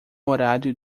horário